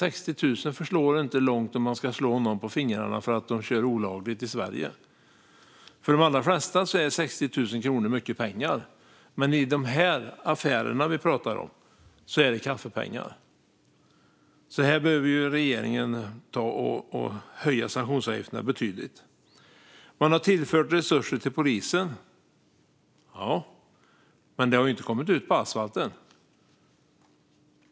60 000 förslår inte långt om man ska slå någon som kör olagligt i Sverige på fingrarna. För de allra flesta är 60 000 kronor mycket pengar, men i de affärer som vi nu pratar om är det kaffepengar. Regeringen behöver höja sanktionsavgifterna betydligt. Man har tillfört resurser till polisen. Ja, men det har inte kommit ut på asfalten.